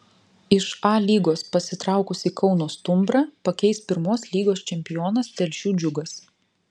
iš a lygos pasitraukusį kauno stumbrą pakeis pirmos lygos čempionas telšių džiugas